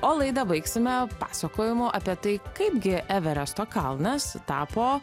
o laidą baigsime pasakojimu apie tai kaipgi everesto kalnas tapo